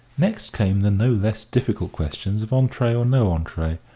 next came the no less difficult questions of entree or no entree,